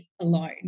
alone